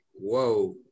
Whoa